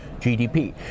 GDP